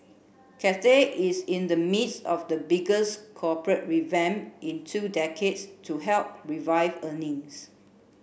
Cathay is in the midst of the biggest corporate revamp in two decades to help revive earnings